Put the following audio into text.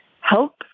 help